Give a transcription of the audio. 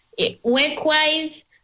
work-wise